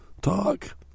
talk